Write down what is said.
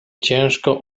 ciężko